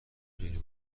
خیر